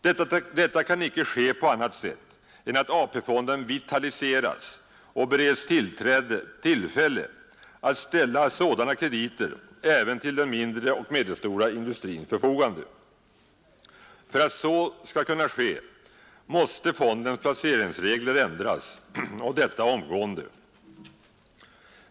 Detta kan icke ske på annat sätt än att AP-fonden vitaliseras och bereds tillfälle att ställa sådana krediter även till den mindre och medelstora industrins förfogande. För att så skall kunna ske måste fondens placeringsregler ändras och detta omgående.